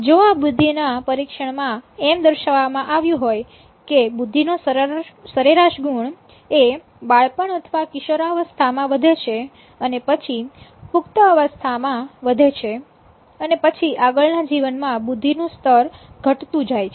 જો આ બુદ્ધિના પરીક્ષણમાં એમ દર્શાવવામાં આવ્યું હોય કે બુદ્ધિનો સરેરાશ ગુણ એ બાળપણ અથવા કિશોરાવસ્થામાં વધે છે અને પછી પુખ્તવસ્થા માં વધે છે અને પછી આગળ ના જીવનમાં બુદ્ધિ નું સ્તર ઘટતું જાય છે